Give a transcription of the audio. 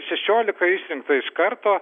šešiolika išrinkta iš karto